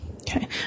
Okay